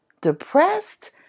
depressed